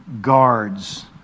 guards